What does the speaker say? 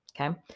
Okay